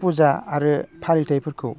फुजा आरो फालिथाइफोरखौ